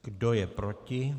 Kdo je proti?